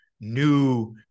new